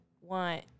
want